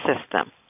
system